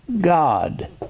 god